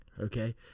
okay